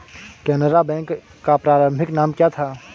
Canara bank का प्रारंभिक नाम क्या था?